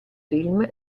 film